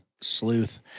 Sleuth